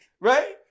Right